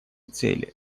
цели